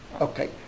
Okay